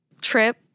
Trip